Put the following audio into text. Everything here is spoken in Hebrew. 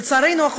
לצערנו,